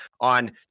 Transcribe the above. on